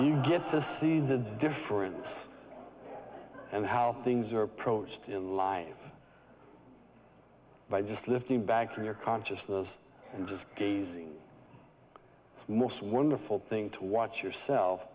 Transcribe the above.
you get to see the difference and how things are approached in live by just lifting back to your consciousness and just gazing it's most wonderful thing to watch yourself